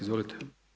Izvolite.